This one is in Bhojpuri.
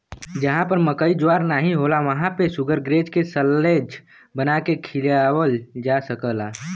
जहां पर मकई ज्वार नाहीं होला वहां पे शुगरग्रेज के साल्लेज बना के खियावल जा सकला